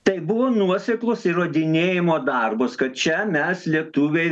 tai buvo nuoseklus įrodinėjimo darbas kad čia mes lietuviai